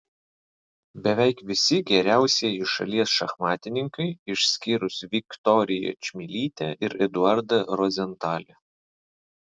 beveik visi geriausieji šalies šachmatininkai išskyrus viktoriją čmilytę ir eduardą rozentalį